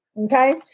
okay